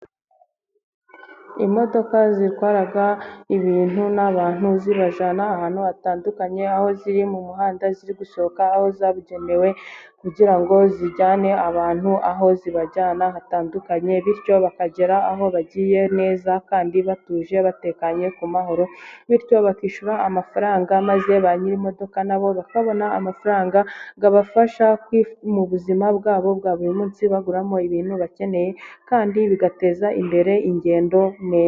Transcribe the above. Imodoka zitwara ibintu n'abantu zibajyana ahantu hatandukanye aho ziri mu muhanda ziri gusohoka aho zabugenewe, kugira ngo zijyane abantu aho zibajyana hatandukanye bityo bakagera aho bagiye neza kandi batuje batekanye ku mahoro, bityo bakishyura amafaranga maze ba nyiri imodoka na bo bakabona amafaranga abafasha mu buzima bwabo bwa buri munsi, baguramo ibintu bakeneye kandi bigateza imbere ingendo neza.